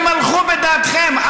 תימלכו בדעתכם,